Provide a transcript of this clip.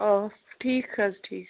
آ ٹھیٖک حظ ٹھیٖک حظ